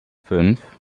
fünf